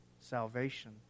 salvation